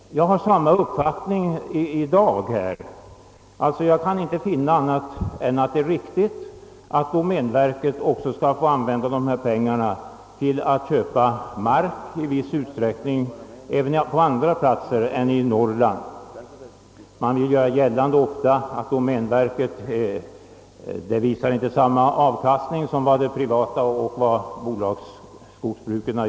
Jag har samma uppfattning i dag. Jag kan därför inte finna annat än att det är riktigt att även domänverket skall få köpa mark i viss utsträckning också på andra platser än i Norrland. Det göres ofta gällande att domänverket inte ger samma avkastning som de privata skogsbruken och bolagsskogsbruken.